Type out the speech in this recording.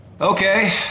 Okay